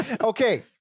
Okay